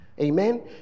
Amen